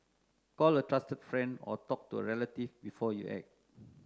call a trusted friend or talk to a relative before you act